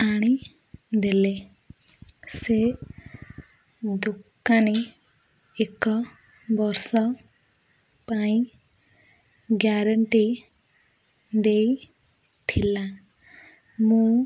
ଆଣିଦେଲେ ସେ ଦୋକାନୀ ଏକ ବର୍ଷ ପାଇଁ ଗ୍ୟାରେଣ୍ଟି ଦେଇଥିଲା ମୁଁ